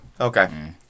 Okay